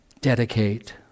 Dedicate